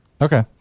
Okay